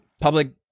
public